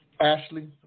Ashley